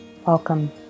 Welcome